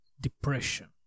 depression